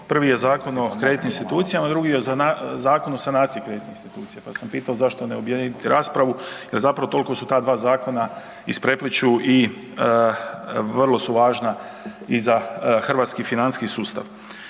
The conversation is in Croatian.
Prvi je Zakon o kreditnim institucijama, drugi je Zakon o sanaciji kreditnih institucija, pa sam pito zašto ne objediniti raspravu jel zapravo tolko su ta dva zakona isprepliću i vrlo su važna i za hrvatski financijski sustav.